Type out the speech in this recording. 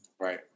Right